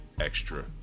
extra